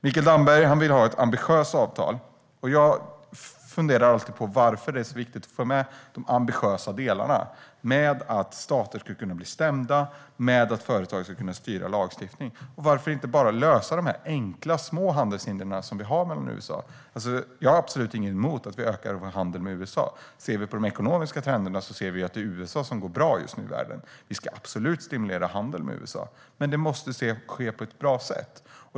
Mikael Damberg vill ha ett ambitiöst avtal. Jag funderar alltid på varför det är så viktigt att få med de ambitiösa delarna med att stater ska kunna bli stämda och med att företag ska kunna styra lagstiftning. Varför inte bara lösa de enkla, små hinder vi har i handeln med USA? Jag har absolut inget emot att vi ökar handeln med USA. Tittar vi på de ekonomiska trenderna ser vi att det är USA som just nu går bra i världen. Vi ska absolut stimulera handel med USA, men det måste ske på ett bra sätt.